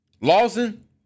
Lawson